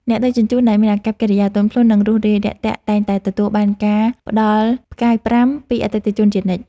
អ្នកដឹកជញ្ជូនដែលមានអាកប្បកិរិយាទន់ភ្លន់ និងរួសរាយរាក់ទាក់តែងតែទទួលបានការផ្ដល់ផ្កាយប្រាំ ពីអតិថិជនជានិច្ច។